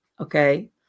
okay